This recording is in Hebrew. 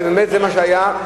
ובאמת זה מה שהיה,